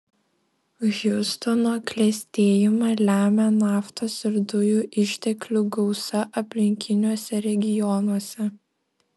hjustono klestėjimą lemia naftos ir dujų išteklių gausa aplinkiniuose regionuose